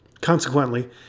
Consequently